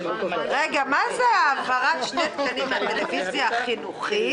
מה זה העברה של תקנים מהטלוויזיה החינוכית,